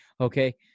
Okay